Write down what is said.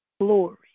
glory